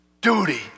duty